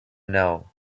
know